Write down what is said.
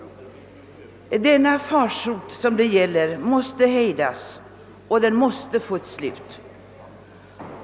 Denna farsot måste hejdas, den måste få ett slut.